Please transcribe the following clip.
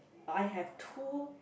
I have two